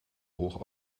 hoch